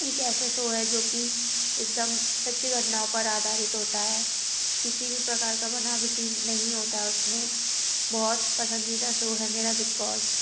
एक ऐसा शो है जो कि एकदम सच्ची घटनाओं पर आधारित होता है किसी भी प्रकार का बनावटी नहीं होता उसमें बहुत पसंदीदा शो है मेरा बिगबॉस